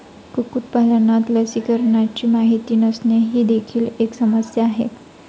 कुक्कुटपालनात लसीकरणाची माहिती नसणे ही देखील एक समस्या आहे